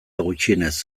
gutxienez